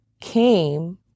came